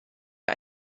von